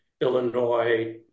Illinois